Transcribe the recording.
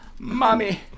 Mommy